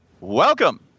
Welcome